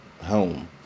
home